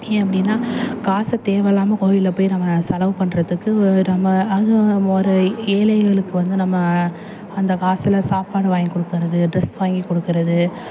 ஏன் அப்படின்னா காசை தேவயில்லாம கோவில்ல போய் நம்ம செலவு பண்ணுறத்துக்கு நம்ம அதுவும் ஒரு ஏழைகளுக்கு வந்து நம்ம அந்த காசில் சாப்பாடு வாங்கி கொடுக்கறது ட்ரெஸ் வாங்கி கொடுக்கறது